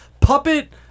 Puppet